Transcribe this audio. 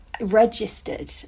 registered